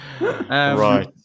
Right